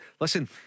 Listen